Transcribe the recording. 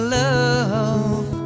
love